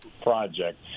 project